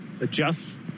adjusts